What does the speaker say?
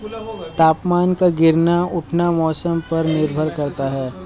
तापमान का गिरना उठना मौसम पर निर्भर करता है